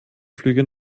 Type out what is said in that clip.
flüge